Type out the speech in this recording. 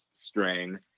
strain